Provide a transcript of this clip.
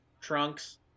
Trunks